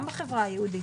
גם בחברה היהודית.